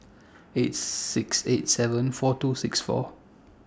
eight six eight seven four two six four